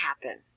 happen